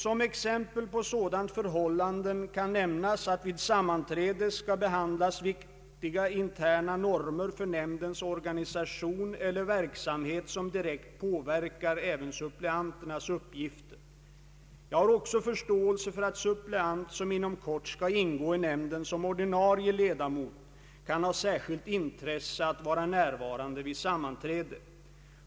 Som exempel på sådana förhållanden kan nämnas att vid sammanträde skall behandlas viktiga interna normer för nämndens organisation eller verksamhet som direkt påverkar även suppleanternas uppgifter. Jag har också förståelse för att suppleant som inom kort skall ingå i nämnden som ordinarie ledamot kan ha särskilt intresse att vara närvarande vid sammanträde.